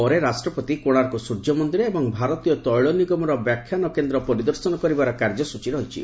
ପରେ ରାଷ୍ଟ୍ରପତି କୋଶାର୍କ ସ୍ୱର୍ଯ୍ୟ ମନ୍ଦିର ଏବଂ ଭାରତୀୟ ତୈଳ ନିଗମର ବ୍ୟାଖ୍ୟାନ କେନ୍ଦ୍ର ପରିଦର୍ଶନ କରିବାର କାର୍ଯ୍ୟସୂଚୀ ରହିଛି